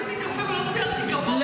עוד לא שתיתי קפה ולא ציירתי גבות,